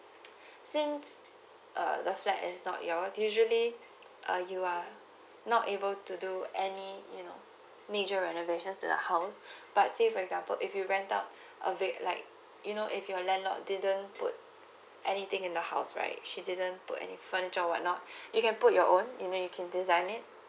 since uh the flat is not yours usually you are not able to do any you know major renovation to the house but say for example if you rent out a place like you know if your landlord didn't put anything in the house right she didn't put any furniture or not you can put your own you know you can design it